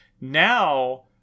Now